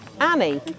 annie